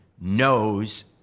knows